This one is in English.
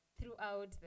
throughout